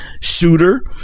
shooter